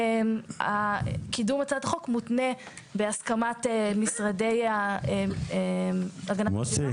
קידום הצעת החוק מותנה בהסכמת משרדי הגנת הסביבה,